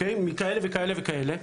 מכאלה וכאלה וכאלה,